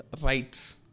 rights